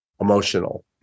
emotional